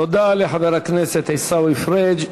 תודה לחבר הכנסת עיסאווי פריג'.